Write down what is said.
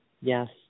Yes